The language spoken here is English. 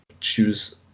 choose